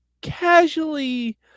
casually